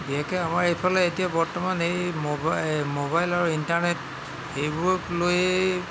বিশেষকৈ আমাৰ এইফালে এতিয়া বৰ্তমান এই মোবাইল আৰু ইণ্টাৰনেট সেইবোৰক লৈয়ে